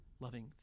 loving